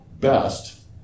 best